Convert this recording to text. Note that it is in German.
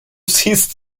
siehst